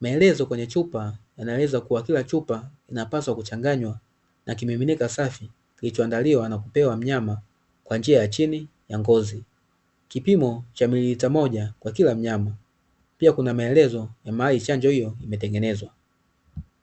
Maelezo kwenye chupa yanaeleza kuwa kila chupa inapaswa kuchanganywa na kimiminika safi, kilichoandaliwa na kupewa mnyama kwa njia ya chini ya ngozi, kipimo cha mililita moja kwa kila mnyama. Pia kuna maelezo ya mahali chanjo hiyo imetengenezwa.